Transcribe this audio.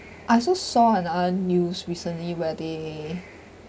I also saw a a news recently where they